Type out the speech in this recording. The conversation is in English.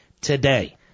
today